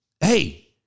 hey